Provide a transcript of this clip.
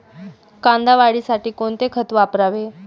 कांदा वाढीसाठी कोणते खत वापरावे?